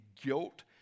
guilt